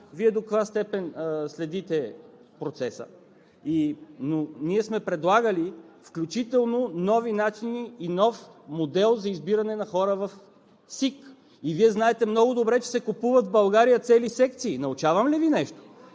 Вие до каква степен следите процеса, но ние сме предлагали включително нови начини и нов модел за избиране на хора в СИК. Вие знаете много добре, че в България се купуват цели секции! Научавам ли Ви нещо?